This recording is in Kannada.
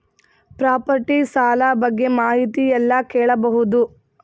ಪ್ರಾಪರ್ಟಿ ಸಾಲ ಬಗ್ಗೆ ಮಾಹಿತಿ ಎಲ್ಲ ಕೇಳಬಹುದು?